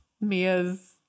Mia's